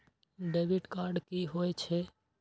Debit card की होय छेय?